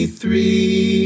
three